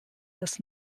dass